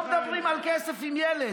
שלא מדברים על כסף עם ילד.